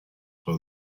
for